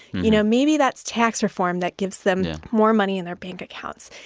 you know, maybe that's tax reform that gives them more money in their bank accounts.